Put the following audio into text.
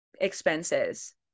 expenses